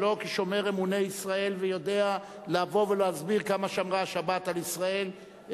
ולא כשומר אמוני ישראל ויודע לבוא ולהסביר כמה שמרה השבת על ישראל,